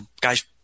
guys